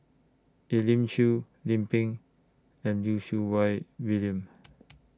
Elim Chew Lim Pin and Lim Siew Wai William